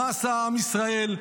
מה עשה עם ישראל?